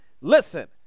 listen